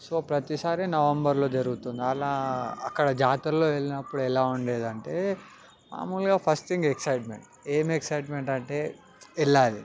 so ప్రతిసారి నవంబర్లో జరుగుతుంది అలా అక్కడ జాతరలో వెళ్ళినప్పుడు ఎలా ఉండేది అంటే మామూలుగా ఫస్ట్ థింగ్ ఎక్సైట్మెంట్ ఏమి ఎక్సైట్మెంట్ అంటే వెళ్లాలి